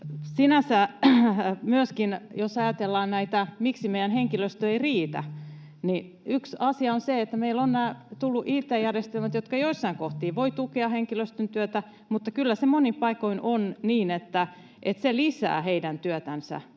myöskin tätä, miksi meidän henkilöstömme ei riitä, yksi asia on se, että meille ovat tulleet nämä it-järjestelmät, jotka jossain kohtaa voivat tukea henkilöstön työtä, mutta kyllä se monin paikoin on niin, että ne lisäävät heidän työtänsä,